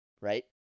right